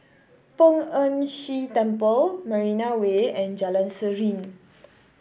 Poh Ern Shih Temple Marina Way and Jalan Serene